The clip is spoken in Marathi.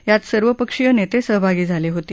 यात सर्वपक्षीय नेते सहभागी झाले होते